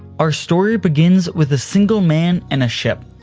our story begins with a single man and a ship.